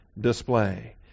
display